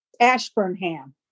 Ashburnham